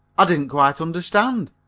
i didn't quite understand.